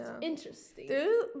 interesting